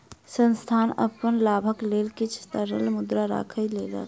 संस्थान अपन लाभक लेल किछ तरल मुद्रा राइख लेलक